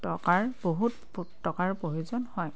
টকাৰ বহুত টকাৰ প্ৰয়োজন হয়